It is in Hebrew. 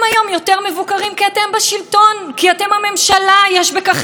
בוודאי כאשר יוצאים מהלשכות שלכם חוקים גזעניים,